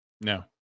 No